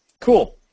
Cool